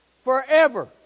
forever